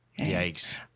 Yikes